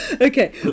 Okay